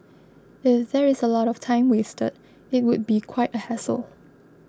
if there is a lot of time wasted it would be quite a hassle